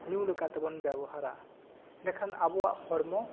ᱧᱩ ᱞᱮᱠᱟᱛᱮ ᱵᱚᱱ ᱵᱮᱣᱦᱟᱨᱟ ᱮᱱᱰᱮᱠᱷᱟᱱ ᱟᱵᱚᱣᱟᱜ ᱦᱚᱲᱢᱚ